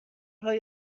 های